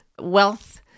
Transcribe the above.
Wealth